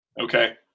okay